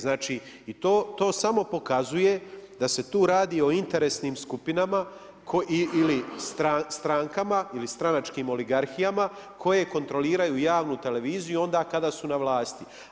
Znači i to samo pokazuje da se tu radi o interesnim skupinama ili strankama, ili stranačkim oligarhijama koje kontroliraju javnu televiziju i onda kada su na vlasti.